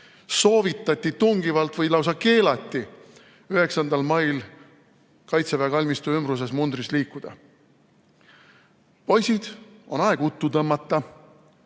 soovitati seda tungivalt või lausa keelati 9. mail Kaitseväe kalmistu ümbruses mundris liikuda. Poisid, on aeg uttu tõmmata! See,